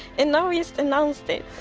and now, we just announced it.